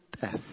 death